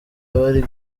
abari